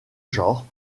genre